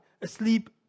asleep